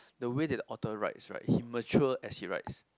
the way that the author write right he mature as he writes